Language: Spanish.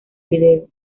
video